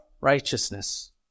righteousness